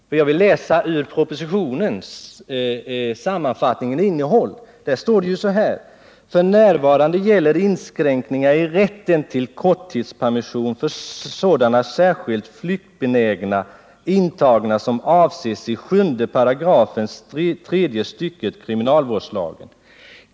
Jag vill läsa ur sammanfattningen av propositionens innehåll: ”F. n. gäller inskränkningar i rätten till korttidspermission för sådana särskilt flyktbenägna intagna som avses i 7§ tredje stycket kriminalvårdslagen.